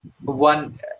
one